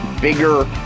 bigger